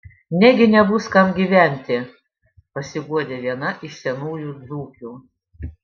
negi nebus kam gyventi pasiguodė viena iš senųjų dzūkių